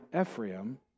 Ephraim